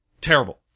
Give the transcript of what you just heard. Terrible